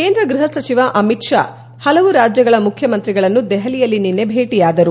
ಕೇಂದ್ರ ಗೃಹ ಸಚಿವ ಅಮಿತ್ ಷಾ ಹಲವು ರಾಜ್ಯಗಳ ಮುಖ್ಯಮಂತ್ರಿಗಳನ್ನು ದೆಹಲಿಯಲ್ಲಿ ನಿನ್ನೆ ಭೇಟಿಯಾದರು